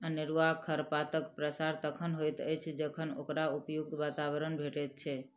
अनेरूआ खरपातक प्रसार तखन होइत अछि जखन ओकरा उपयुक्त वातावरण भेटैत छै